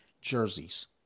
Jerseys